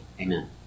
Amen